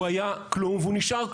הוא היה כלום והוא נשאר כלום,